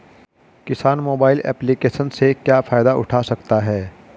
किसान mobile application से क्या फायदा उठा सकता है?